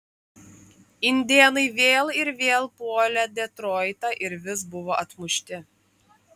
indėnai vėl ir vėl puolė detroitą ir vis buvo atmušti